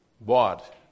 Bought